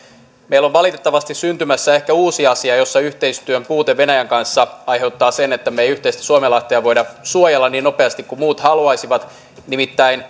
meillä on valitettavasti syntymässä ehkä uusi asia jossa yhteistyön puute venäjän kanssa aiheuttaa sen että me emme voi yhteistä suomenlahtea suojella niin nopeasti kuin muut haluaisivat nimittäin